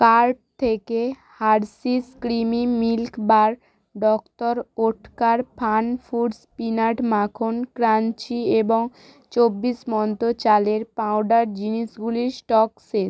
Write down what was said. cart থেকে Hershey's creamy milk bar doctor Oetker Funfoods peanut মাখন crunchy এবং চব্বিশ মন্ত্র চালের পাউডার জিনিসগুলির স্টক শেষ